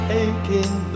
aching